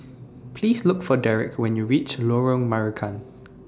Please Look For Derek when YOU REACH Lorong Marican